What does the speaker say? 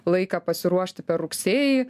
laiką pasiruošti per rugsėjį